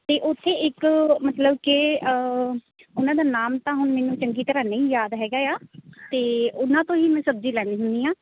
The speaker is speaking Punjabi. ਅਤੇ ਉੱਥੇ ਇੱਕ ਮਤਲਬ ਕਿ ਉਹਨਾਂ ਦਾ ਨਾਮ ਤਾਂ ਹੁਣ ਮੈਨੂੰ ਚੰਗੀ ਤਰ੍ਹਾਂ ਨਹੀਂ ਯਾਦ ਹੈਗਾ ਆ ਅਤੇ ਉਹਨਾਂ ਤੋਂ ਹੀ ਮੈਂ ਸਬਜ਼ੀ ਲੈਂਦੀ ਹੁੰਦੀ ਹਾਂ